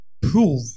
prove